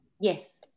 Yes